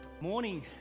Morning